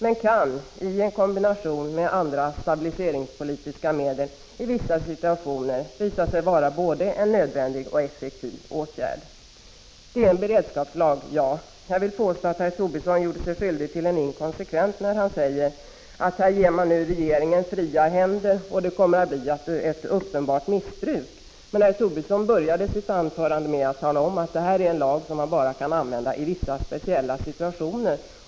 Men i kombination med andra stabiliseringspolitiska medel kan prisreglering i vissa situationer visa sig vara både en nödvändig och en effektiv åtgärd. Det är en beredskapslag, ja. Jag vill påstå att herr Tobisson gör sig skyldig till en inkonsekvens när han säger att här ger man regeringen fria händer, och det kommer att bli ett uppenbart missbruk. Men herr Tobisson började sitt anförande med att tala om att detta är en lag som man bara kan använda i vissa speciella situationer.